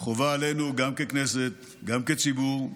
חובה עלינו גם ככנסת, גם כציבור,